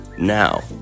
now